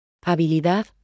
Habilidad